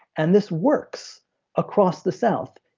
and this works across the south.